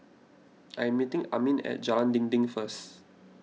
I am meeting Armin at Jalan Dinding first